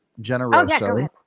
Generoso